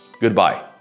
Goodbye